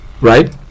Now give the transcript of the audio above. right